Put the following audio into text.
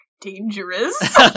Dangerous